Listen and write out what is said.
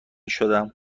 شدم